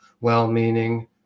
well-meaning